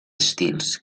estils